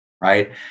right